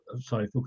sorry